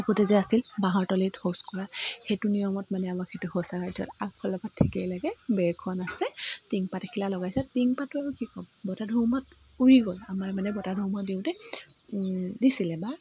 আগতে যে আছিল বাঁহৰ তলিত শৌচ কৰা হেইটো নিয়মত মানে আমাক সেইটো শৌচাগাৰটো আগফালৰ পৰা ঠিকেই লাগে বেৰখন আছে টিন পাত এখিলা লগাইছে টিন পাতোঁ আৰু কি ক'ম বতাহ ধুমুহাত উৰি গ'ল আমাৰ মানে বতাহ ধুমুহা দিওঁতে দিছিল এবাৰ